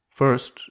first